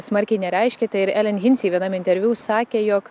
smarkiai nereiškėte ir elen hinsei vienam interviu sakė jog